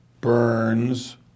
Burns